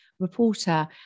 reporter